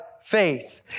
faith